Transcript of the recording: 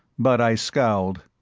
but i scowled.